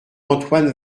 antoine